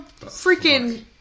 freaking